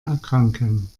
erkranken